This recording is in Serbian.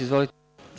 Izvolite.